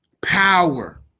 Power